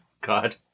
god